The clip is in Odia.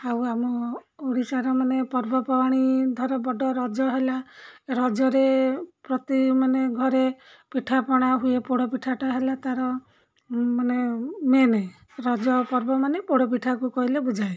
ଆଉ ଆମ ଓଡ଼ିଶାର ମାନେ ପର୍ବପର୍ବାଣି ଧର ବଡ଼ ରଜ ହେଲା ରଜରେ ପ୍ରତି ମାନେ ଘରେ ପିଠାପଣା ହୁଏ ପୋଡ଼ ପିଠାଟା ହେଲା ତା'ର ମାନେ ମେନ୍ ରଜ ପର୍ବ ମାନେ ପୋଡ଼ ପିଠାକୁ କହିଲେ ବୁଝାଏ